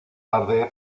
tarde